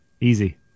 Easy